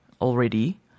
already